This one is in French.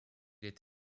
est